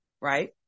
Right